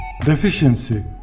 deficiency